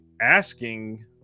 asking